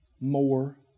more